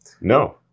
No